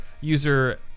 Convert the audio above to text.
user